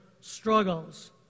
struggles